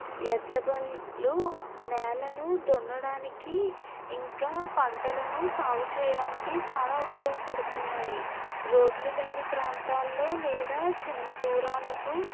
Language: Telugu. ఎడ్ల బళ్ళు నేలను దున్నడానికి ఇంకా పంటలను సాగు చేయడానికి చాలా ఉపయోగపడుతున్నాయి రోడ్లు లేని ప్రాంతాల్లో లేదా చిన్న దూరాలకు